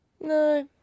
No